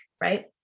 Right